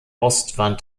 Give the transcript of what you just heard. ostwand